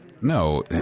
No